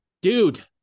Dude